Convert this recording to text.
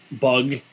bug